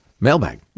Mailbag